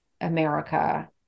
America